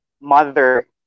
mother